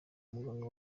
muganga